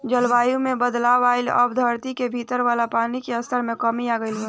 जलवायु में बदलाव आइला से अब धरती के भीतर वाला पानी के स्तर में कमी आ गईल बा